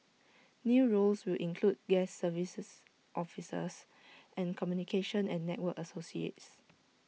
new roles will include guest services officers and communication and network associates